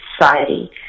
society